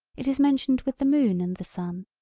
it is mentioned with the moon and the sun,